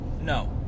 No